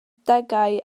degau